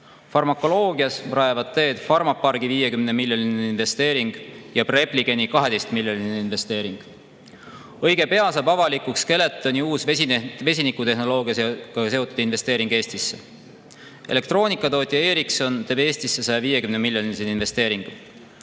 Farmakoloogias rajavad teed Pharmaparki 50-miljoniline investeering ja Repligeni 12-miljoniline investeering. Õige pea saab avalikuks Skeletoni uus vesinikutehnoloogiaga seotud investeering Eestisse. Elektroonikatootja Ericsson teeb Eestisse 150-miljonilise investeeringu.